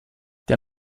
der